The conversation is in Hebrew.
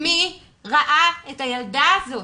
מי ראה את הילדה הזאת?